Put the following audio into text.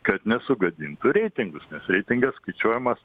kad nesugadintų reitingus nes reitingas skaičiuojamas